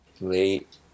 late